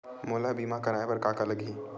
मोला बीमा कराये बर का का लगही?